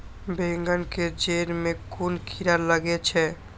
बेंगन के जेड़ में कुन कीरा लागे छै?